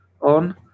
on